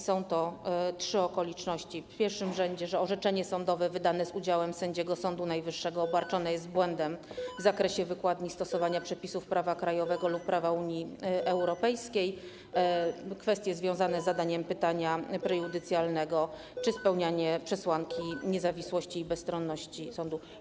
Są trzy: w pierwszym rzędzie, że orzeczenie sądowe wydane z udziałem sędziego Sądu Najwyższego obarczone jest błędem w zakresie wykładni i stosowania przepisów prawa krajowego lub prawa Unii Europejskiej, kwestie związane z zadaniem pytania prejudycjalnego czy spełnianie przesłanki niezawisłości i bezstronności sądu.